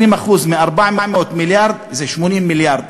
20% מ-400 מיליארד זה 80 מיליארד.